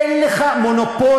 אין לך מונופול,